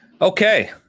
Okay